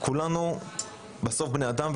כולנו בסוף בני אדם,